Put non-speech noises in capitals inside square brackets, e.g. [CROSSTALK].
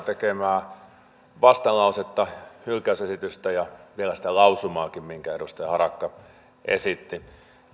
[UNINTELLIGIBLE] tekemää vastalausetta hylkäysesitystä ja vielä sitä lausumaakin minkä edustaja harakka esitti